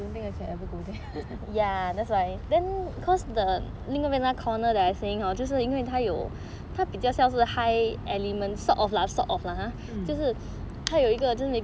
think I can ever go there